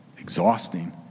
exhausting